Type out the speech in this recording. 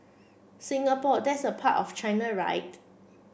Singapore that's a part of China right